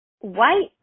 white